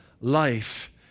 life